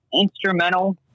instrumental